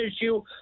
issue